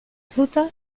fruta